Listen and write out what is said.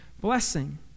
blessing